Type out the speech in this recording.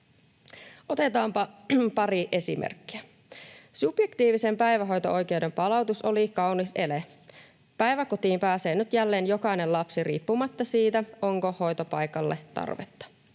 Otetaanpa pari esimerkkiä: Subjektiivisen päivähoito-oikeuden palautus oli kaunis ele. Päiväkotiin pääsee nyt jälleen jokainen lapsi riippumatta siitä, onko hoitopaikalle tarvetta.